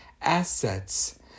assets